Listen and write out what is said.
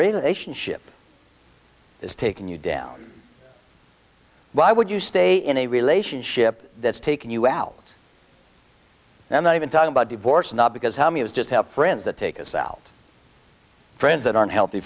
relationship is taking you down why would you stay in a relationship that's taking you out and then even talking about divorce not because how he was just have friends that take his cell friends that are unhealthy